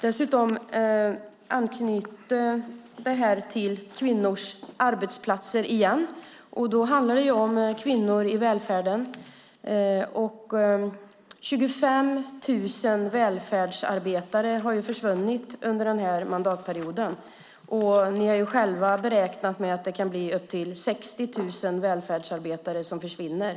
Dessutom anknyter det här till kvinnors arbetsplatser. Och då handlar det om kvinnor i välfärden. 25 000 välfärdsarbetare har försvunnit under den här mandatperioden, och ni har själva räknat med att det kan bli upp till 60 000 välfärdsarbetare som försvinner.